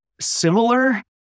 similar